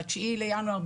ב-9 בינואר,